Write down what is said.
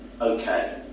okay